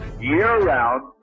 year-round